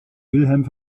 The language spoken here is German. wilhelm